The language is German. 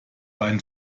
einen